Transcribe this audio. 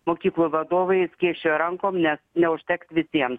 mokyklų vadovai skėsčioja rankom nes neužteks visiems